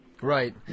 Right